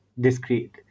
discrete